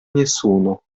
nessuno